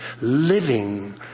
living